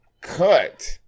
cut